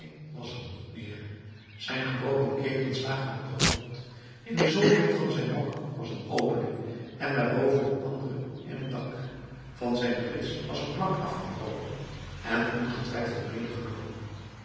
was er niet meer zijn gebroken ketens lagen op den grond in de zoldering van zijn hok was een opening en daarboven een andere in het dak van zijn brits was een plank afgebroken en ongetwijfeld